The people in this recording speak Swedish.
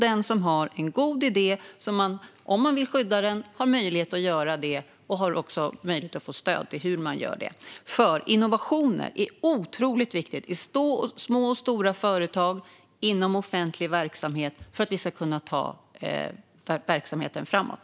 Den som har en god idé ska ha möjlighet att skydda den och även kunna få stöd i hur man gör det. Innovationer är otroligt viktiga i små och stora företag och inom offentlig verksamhet för att vi ska kunna ta verksamheten framåt.